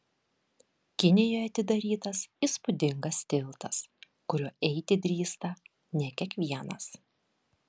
kinijoje atidarytas įspūdingas tiltas kuriuo eiti drįsta ne kiekvienas